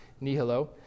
nihilo